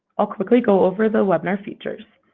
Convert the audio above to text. i'll quickly go over the webinar features.